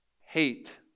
hate